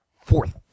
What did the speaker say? fourth